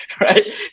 right